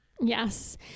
Yes